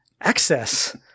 access